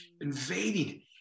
invading